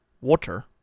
Water